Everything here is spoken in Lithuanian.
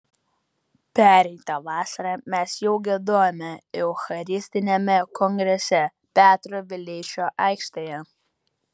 pereitą vasarą mes jau giedojome eucharistiniame kongrese petro vileišio aikštėje